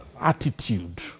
attitude